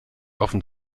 offen